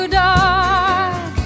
dark